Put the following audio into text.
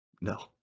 no